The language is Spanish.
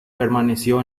permaneció